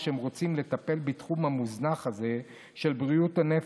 שהם רוצים לטפל בתחום המוזנח הזה של בריאות הנפש,